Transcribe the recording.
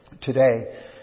today